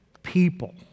People